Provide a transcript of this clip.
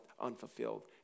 unfulfilled